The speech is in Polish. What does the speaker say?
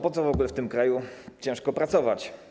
Po co w ogóle w tym kraju ciężko pracować?